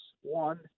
one